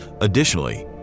Additionally